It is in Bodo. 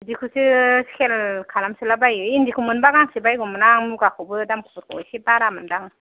बिदिखौसो सेल खालामसोलाबायो इन्दिखौ मोनबा गांसे बायगौमोन आं मुगाखौबो दामफोरखौ एसे बारा मोनदां